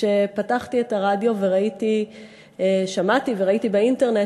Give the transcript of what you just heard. כשפתחתי את הרדיו ושמעתי וראיתי באינטרנט